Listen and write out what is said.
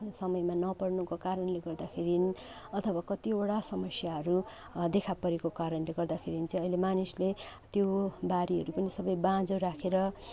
समयमा नपर्नुको कारणले गर्दाखेरि अथवा कतिवटा समस्याहरू देखा परेको कारणले गर्दाखेरि चाहिँ अहिले मानिसले त्यो बारीहरू पनि सबै बाँझो राखेर